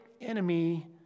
enemy